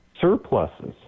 surpluses